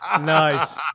Nice